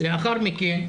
לאחר מכן,